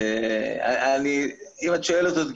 אם את שואלת אותי,